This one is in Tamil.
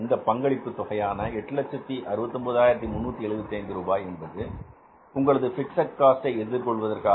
இந்த பங்களிப்பு தொகையான 869375 ரூபாய் என்பது உங்களது பிக்ஸட் காஸ்ட் எதிர்கொள்வதற்காக